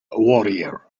warrior